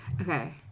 Okay